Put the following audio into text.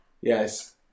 Yes